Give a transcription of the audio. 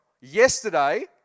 yesterday